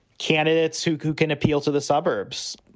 candidates who you can appeal to, the suburbs,